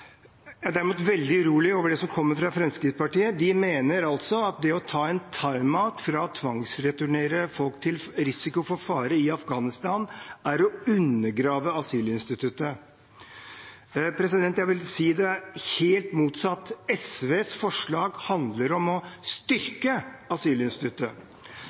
Jeg er derimot veldig urolig over det som kommer fra Fremskrittspartiet. De mener at det å ta en timeout fra å tvangsreturnere folk til risiko for fare i Afghanistan er å undergrave asylinstituttet. Jeg vil si det er helt motsatt: SVs forslag handler om å styrke asylinstituttet.